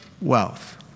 wealth